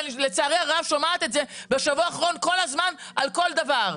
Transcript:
ולצערי הרב אני שומעת את זה בשבוע האחרון כל הזמן על כל דבר.